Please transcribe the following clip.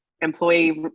employee